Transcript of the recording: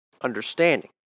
understanding